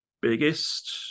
biggest